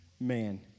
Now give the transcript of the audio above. Man